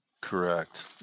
Correct